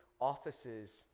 offices